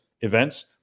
events